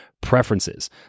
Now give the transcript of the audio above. preferences